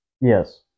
Yes